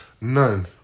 None